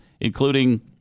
including